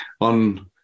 on